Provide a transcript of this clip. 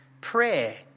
Prayer